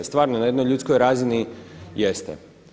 Stvarno na jednoj ljudskoj razini jeste.